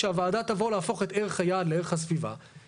כשהוועדה תבוא להפוך את ערך היעד לערך הסביבה.